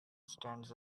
stands